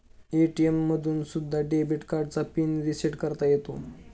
ATM मधून सुद्धा debit कार्डचा पिन रिसेट करता येतो